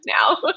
now